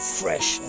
fresh